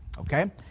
okay